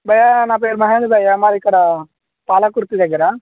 భయ్యా నా పేరు మహేష్ భయ్యా మాది ఇక్కడ పాలకుర్తి దగర